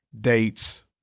dates